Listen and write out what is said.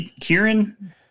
Kieran